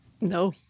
No